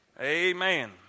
Amen